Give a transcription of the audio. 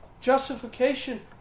justification